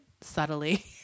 subtly